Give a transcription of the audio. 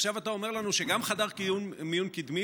ועכשיו אתה אומר לנו שגם חדר מיון קדמי